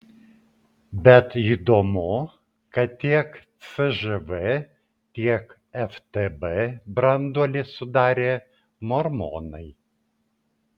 bet įdomu kad tiek cžv tiek ftb branduolį sudarė mormonai